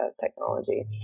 technology